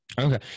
Okay